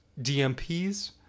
DMPs